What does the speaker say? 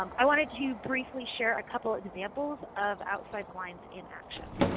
um i wanted to briefly share a couple of examples of outside the lines in action.